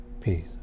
Peace